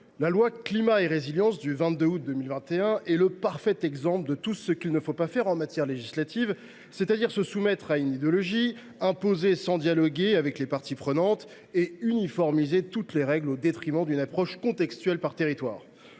la loi Climat et Résilience du 22 août 2021 est le parfait exemple de ce qu’il ne faut pas faire en matière législative, c’est à dire se soumettre à une idéologie, imposer sans dialoguer avec les parties prenantes et uniformiser les règles au détriment d’une approche contextuelle par territoire.